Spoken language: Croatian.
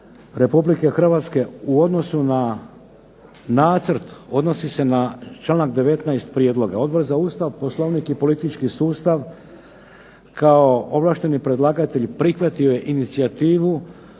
promjene Ustava RH u odnosu na nacrt odnosi se na članak 19. Prijedloga. Odbor za Ustav, Poslovnik i politički sustav kao ovlašteni predlagatelj prihvatio je inicijativu